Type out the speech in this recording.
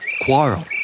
Quarrel